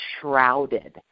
shrouded